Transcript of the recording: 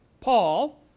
Paul